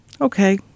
okay